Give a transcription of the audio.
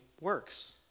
works